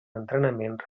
entrenament